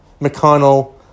McConnell